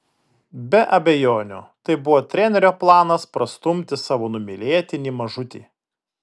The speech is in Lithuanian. be abejonių tai buvo trenerio planas prastumti savo numylėtinį mažutį